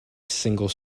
single